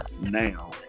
now